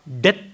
death